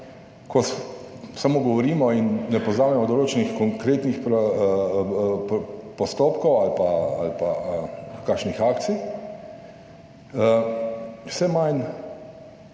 ko samo govorimo in ne povzamemo določenih konkretnih postopkov ali pa kakšnih akcij, vse manj